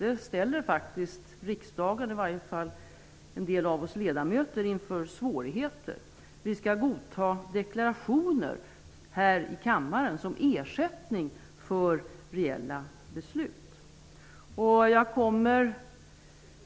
Det ställer riksdagen, åtminstone en del av oss ledamöter, inför svårigheter. Vi skall godta deklarationer här i kammaren som ersättning för reella beslut.